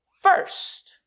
first